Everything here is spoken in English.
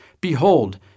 Behold